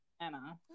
Anna